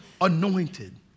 anointed